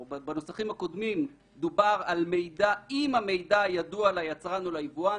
או בנוסחים הקודמים דובר "אם המידע ידוע ליצרן או ליבואן".